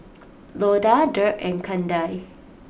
Loda Dirk and Kendal